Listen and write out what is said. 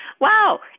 wow